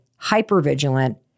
hypervigilant